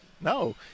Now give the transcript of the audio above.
No